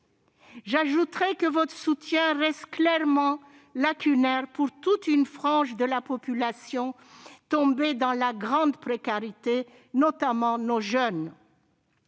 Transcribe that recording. J'ajoute que votre soutien reste gravement lacunaire pour toute une frange de la population tombée dans la grande précarité, notamment nos jeunes.